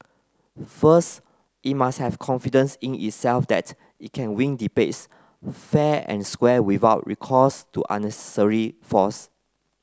first it must have confidence in itself that it can win debates fair and square without recourse to unnecessary force